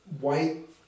white